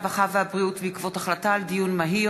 הרווחה והבריאות בעקבות דיון מהיר